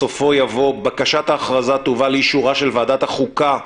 בסופו יבוא: "בקשת ההכרזה תובא לאישורה של ועדת החוקה,